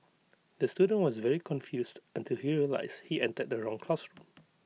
the student was very confused until he realised he entered the wrong classroom